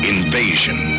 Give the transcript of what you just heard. Invasion